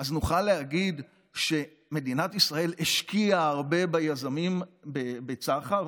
אז נוכל להגיד שמדינת ישראל השקיעה הרבה ביזמים בצח"ר,